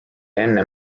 enne